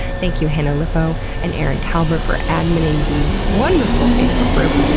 thank you hannah lipow and erin talbert for adminning the wonderful facebook group,